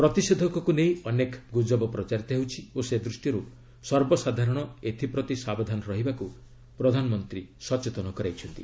ପ୍ରତିଷେଧକକୁ ନେଇ ଅନେକ ଗୁଜବ ପ୍ରଚାରିତ ହେଉଛି ଓ ସେଦୂଷ୍ଟିରୁ ସର୍ବସାଧାରଣ ଏଥିପ୍ରତି ସାବଧାନ ରହିବାକୁ ପ୍ରଧାନମନ୍ତ୍ରୀ କହିଛନ୍ତି